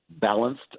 balanced